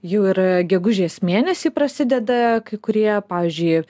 jau ir gegužės mėnesį prasideda kai kurie pavyzdžiui